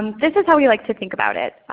this is how we like to think about it.